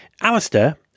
Alistair